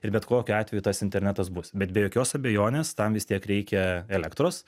ir bet kokiu atveju tas internetas bus bet be jokios abejonės tam vis tiek reikia elektros